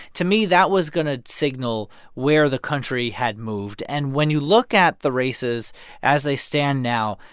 to me, that was going to signal where the country had moved. and when you look at the races as they stand now,